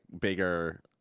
bigger